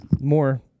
More